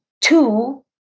two